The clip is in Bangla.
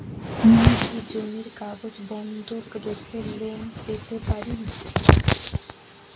আমি কি জমির কাগজ বন্ধক রেখে লোন পেতে পারি?